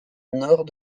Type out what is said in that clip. nord